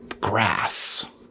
grass